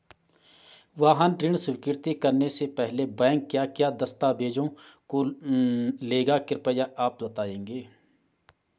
वाहन ऋण स्वीकृति करने से पहले बैंक क्या क्या दस्तावेज़ों को लेगा कृपया आप बताएँगे?